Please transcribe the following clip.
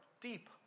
deep